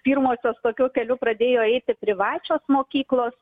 pirmosios tokiu keliu pradėjo eiti privačios mokyklos